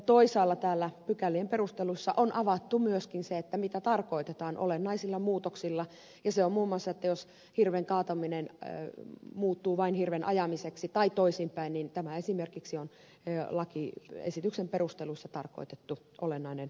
toisaalla täällä pykälien perusteluissa on avattu myöskin se mitä tarkoitetaan olennaisilla muutoksilla ja jos muun muassa hirven kaataminen muuttuu vain hirven ajamiseksi tai toisinpäin niin tämä esimerkiksi on lakiesityksen perusteluissa tarkoitettu olennainen muutos